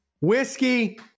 Whiskey